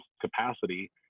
capacity